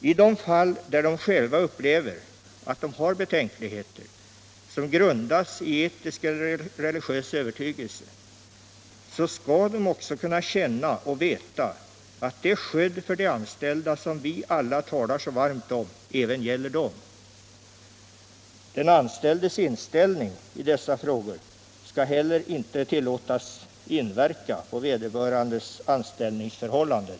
I de fall där de själva upplever, att de har betänkligheter som grundas på etisk eller religiös övertygelse, så skall de känna och veta att det skydd för de anställda som vi alla talar så ofta om även gäller dem. Den anställdes inställning till dessa frågor skall inte heller tillåtas inverka på vederbörandes anställningsförhållande.